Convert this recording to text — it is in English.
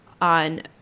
on